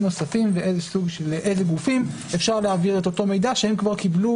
נוספים ולאיזה גופים אפשר להעביר את אותו מידע שהם כבר קיבלו,